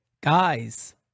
Guys